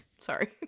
Sorry